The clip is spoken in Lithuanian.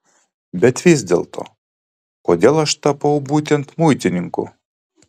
bet vis dėlto kodėl aš tapau būtent muitininku